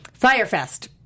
Firefest